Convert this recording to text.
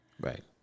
Right